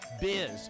Biz